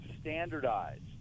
standardized